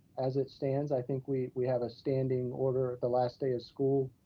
as it stands, i think we we had a standing order the last day of school.